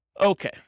Okay